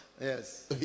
Yes